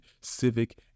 civic